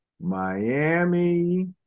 Miami